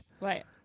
Right